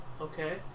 Okay